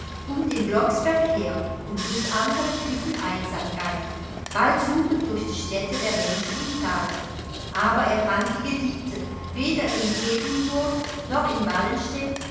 um den blocksberg her und durch andere klippeneinsamkeiten bald suchend durch die städte der menschen im tal aber er fand die geliebte weder in quedlinburg noch in